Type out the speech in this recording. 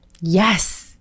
Yes